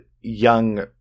young